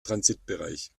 transitbereich